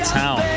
town